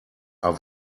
are